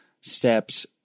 steps